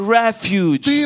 refuge